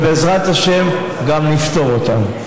ובעזרת השם גם נפתור אותן.